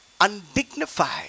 undignified